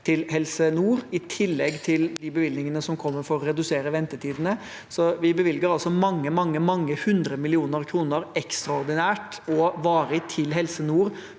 til Helse nord i tillegg til de bevilgningene som kommer for å redusere ventetidene. Vi bevilger altså mange, mange 100 mill. kr ekstraordinært og varig til Helse nord